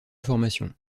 formations